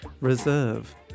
Reserve